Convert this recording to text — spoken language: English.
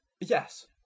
Yes